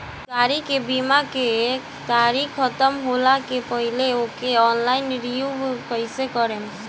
गाड़ी के बीमा के तारीक ख़तम होला के पहिले ओके ऑनलाइन रिन्यू कईसे करेम?